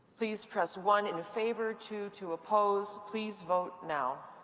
please press one in favor, two to oppose. please vote now.